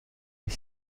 est